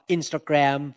Instagram